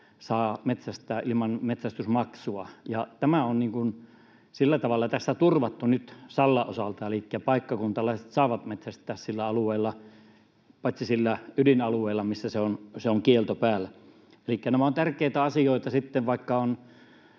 saa metsästää ilman metsästysmaksua. Ja tämä on sillä tavalla tässä turvattu nyt Sallan osalta, elikkä paikkakuntalaiset saavat metsästää sillä alueella — paitsi sillä ydinalueella, missä se kielto on päällä. Elikkä nämä ovat tärkeitä asioita sitten,